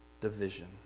division